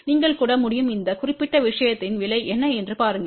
நீங்கள் கூட முடியும் இந்த குறிப்பிட்ட விஷயத்தின் விலை என்ன என்று பாருங்கள்